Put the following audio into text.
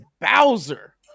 Bowser